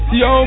yo